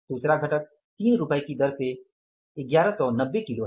दूसरा घटक 3 रुपये की दर से 1190 किलो है